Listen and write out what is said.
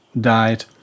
died